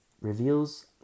reveals